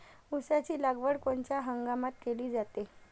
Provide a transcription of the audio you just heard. ऊसाची लागवड कोनच्या हंगामात केली जाते?